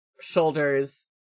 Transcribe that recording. shoulders